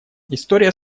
история